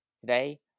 Today